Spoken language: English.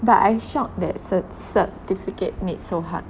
but I shocked that cert~ certificate need so hard